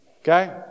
Okay